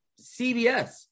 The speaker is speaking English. CBS